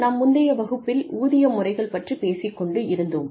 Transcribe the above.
நாம் முந்தய வகுப்பில் ஊதிய முறைகள் பற்றி பேசிக் கொண்டிருந்தோம்